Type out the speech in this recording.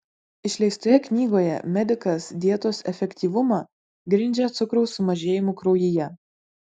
išleistoje knygoje medikas dietos efektyvumą grindžia cukraus sumažėjimu kraujyje